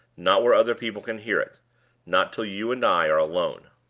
not where other people can hear it not till you and i are alone.